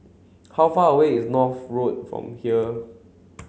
how far away is North Road from here